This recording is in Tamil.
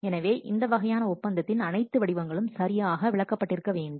எனவே இந்த வகையான ஒப்பந்தத்தின் அனைத்து வடிவங்களும் சரியாக விளக்கப்பட்டிருக்க வேண்டும்